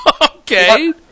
okay